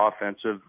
offensive